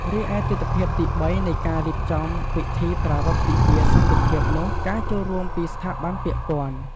រីឯទិដ្ឋភាពទីបីនៃការរៀបចំពិធីប្រារព្ធទិវាសន្តិភាពនោះ ការចូលរួមពីស្ថាប័នពាក់ព័ន្ធ។